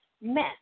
mess